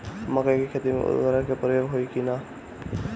मकई के खेती में उर्वरक के प्रयोग होई की ना?